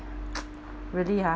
really ha